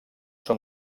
són